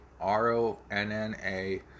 R-O-N-N-A